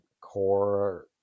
core